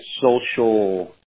social